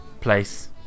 place